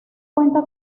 cuenta